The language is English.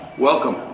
Welcome